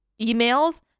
emails